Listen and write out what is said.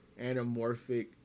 anamorphic